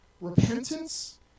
repentance